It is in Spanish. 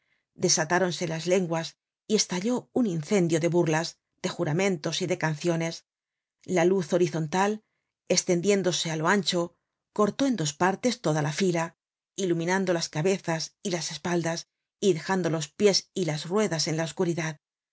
desatáronse las lenguas y estalló un incendio de burlas de juramentos y de canciones la luz horizontal estendiéndose á lo ancho cortó eu dos partes toda la fila iluminando las cabezas y las espaldas y dejando los pies y las ruedas ea la oscuridad